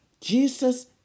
Jesus